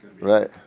Right